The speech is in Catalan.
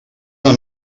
una